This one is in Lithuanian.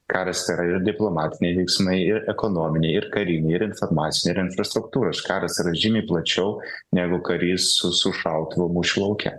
karas tai yra ir diplomatiniai veiksmai ir ekonominiai ir kariniai ir informaciniai ir infrastruktūros karas yra žymiai plačiau negu karys su su šautuvu mūšio lauke